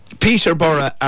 Peterborough